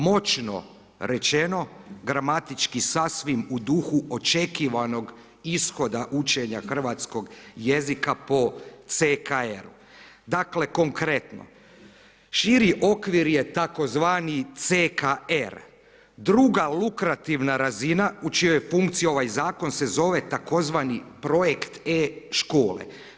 Moćno rečeno, gramatički sasvim u duhu očekivanog ishoda učenja hrvatskog jezika po CKR Dakle, konkretno, širi okvir je tzv. CKR druga lukrativna razina u čijoj je funkciji ovaj zakon se zove tzv. projekt e škole.